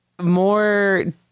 more